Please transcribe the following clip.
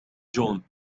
جون